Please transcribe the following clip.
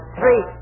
three